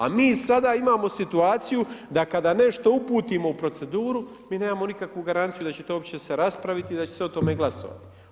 A mi sada imamo situaciju da kada nešto uputimo u proceduru, mi nemamo nikakvu garanciju da će to uopće se raspraviti i da će se o tome glasovati.